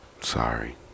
Sorry